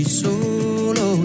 solo